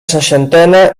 seixantena